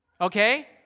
okay